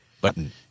button